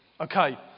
Okay